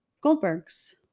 Goldberg's